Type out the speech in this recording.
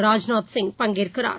ராஜ்நாத் சிங் பங்கேற்கிறார்